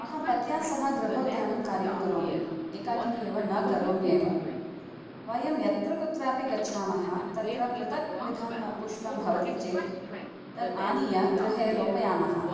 अहं पत्या सह गृहोद्यानं कार्यं करोमि एकाकिनी एव न करोम्येव वयं यत्र कुत्रापि गच्छामः तत्र पृथक् विधं पुष्पं भवति चेत् तद् आनीय गृहे रोपयामः